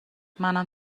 منم